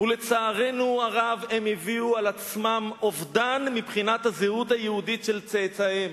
ולצערנו הרב הם הביאו על עצמם אובדן מבחינת הזהות היהודית של צאצאיהם.